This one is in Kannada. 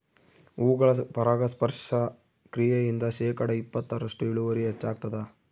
ಹೂಗಳ ಪರಾಗಸ್ಪರ್ಶ ಕ್ರಿಯೆಯಿಂದ ಶೇಕಡಾ ಇಪ್ಪತ್ತರಷ್ಟು ಇಳುವರಿ ಹೆಚ್ಚಾಗ್ತದ